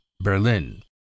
Berlin